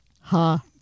ha